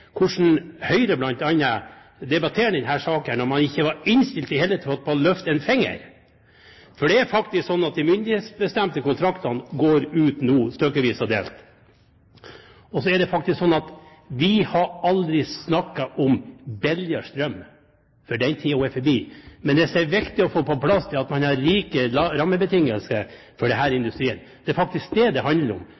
hvordan Høyre bl.a. debatterer denne saken når man ikke i det hele tatt var innstilt på å løfte en finger. Det er faktisk slik at de myndighetsbestemte kontraktene går ut nå stykkevis og delt. Så er det faktisk slik at vi har aldri snakket om billigere strøm, for den tiden er forbi. Men det som er viktig å få på plass, er at man har like rammebetingelser for denne industrien. Det